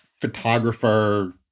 photographer